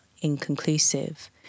inconclusive